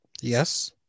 yes